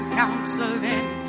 counseling